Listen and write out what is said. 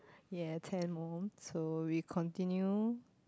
ye ten more so we continue